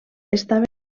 estaven